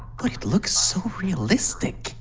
like it looks so realistic.